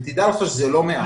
ותדע לך שזה לא מעט.